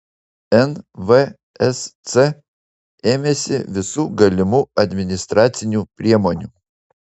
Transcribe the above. nvsc ėmėsi visų galimų administracinių priemonių